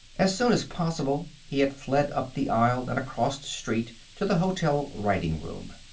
as soon as possible he had fled up the aisle and across the street to the hotel writing-room.